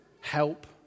help